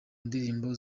ndirimbo